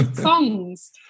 songs